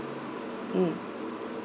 mm